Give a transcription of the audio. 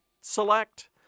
select